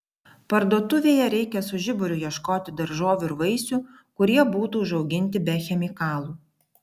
parduotuvėje reikia su žiburiu ieškoti daržovių ir vaisių kurie būtų užauginti be chemikalų